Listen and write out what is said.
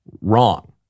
wrong